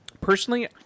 Personally